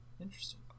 Interesting